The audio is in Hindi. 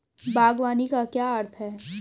बागवानी का क्या अर्थ है?